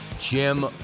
Jim